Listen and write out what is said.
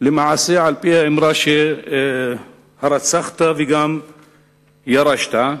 למעשה על-פי האמרה, הרצחת וגם ירשת?